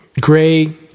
Gray